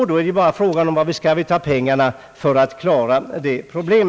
Då är det bara frågan om var vi skall ta pengarna för att klara detta problem.